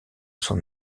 son